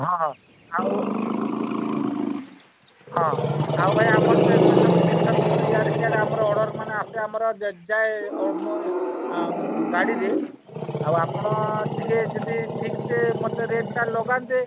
ହଁ ଆଉ ହୁଁ ହଁ ଆଉ ଭାଇ ଆମର ତ ଏମିତି ସବୁ ଜିନିଷ ପତ୍ର ଇୟାଡ଼େ ସିୟାଡ଼େ ଆମର ଅର୍ଡର ଆସେ ଆମର ଯାଏ ଗାଡ଼ିରେ ଆଉ ଆପଣ ଟିକେ ଯଦି ଠିକ୍ ସେ ମୋତେ ରେଟ୍ଟା ଲଗାନ୍ତେ